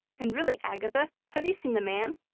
and really, agatha, have you seen the man?